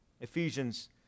Ephesians